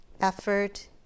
effort